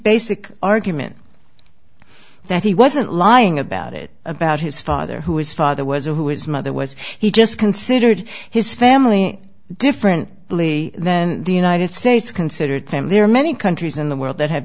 basic argument that he wasn't lying about it about his father who his father was or who his mother was he just considered his family different really than the united states considered him there are many countries in the world that have